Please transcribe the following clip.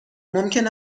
ممکن